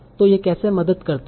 तो यह कैसे मदद करता है